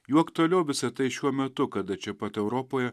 juo aktualiau visa tai šiuo metu kada čia pat europoje